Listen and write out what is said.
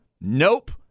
Nope